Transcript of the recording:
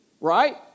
right